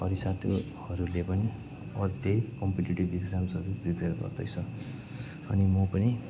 हरि सा त्योहरूले पनि त्यही कम्पिटेटिभ इक्जाम्सहरू प्रिपेर गर्दैछ अनि म पनि